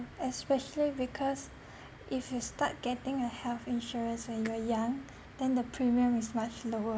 especially because if you start getting a health insurance when you are young then the premium is much lower